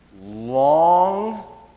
long